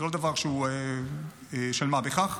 זה לא דבר של מה בכך.